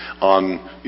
on